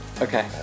Okay